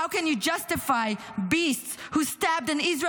How can you justify beasts who stabbed an Israeli